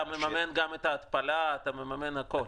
אתה מממן גם את ההתפלה, אתה מממן הכול.